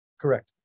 Correct